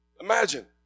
Imagine